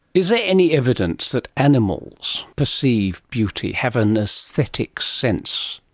is there any evidence that animals perceive beauty, have an aesthetic sense?